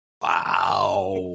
Wow